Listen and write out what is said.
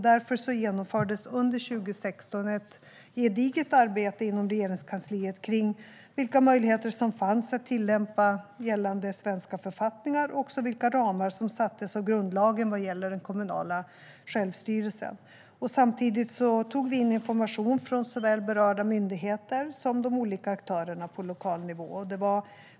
Därför genomfördes under 2016 ett gediget arbete inom Regeringskansliet rörande vilka möjligheter som finns att tillämpa gällande svensk författning och vilka ramar som sätts av grundlagen vad gäller det kommunala självstyret. Samtidigt tog vi in information från såväl berörda myndigheter som de olika aktörerna på lokal nivå.